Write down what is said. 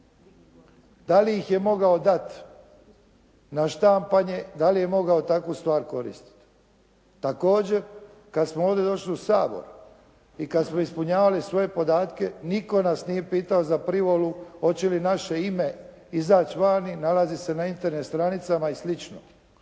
da li ih je mogao dati na štampanje, da li je mogao takvu stvar koristiti. Također kada smo ovdje došli u Sabor i kada smo ispunjavali svoje podatke, nitko nas nije pitao za privolu hoće li naše ime izaći vani i nalaziti se na Internet stranicama i sl.